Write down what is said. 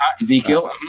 Ezekiel